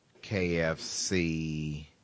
KFC